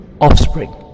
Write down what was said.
offspring